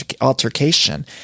altercation